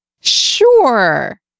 Sure